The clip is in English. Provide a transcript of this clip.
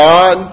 God